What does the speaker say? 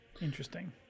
Interesting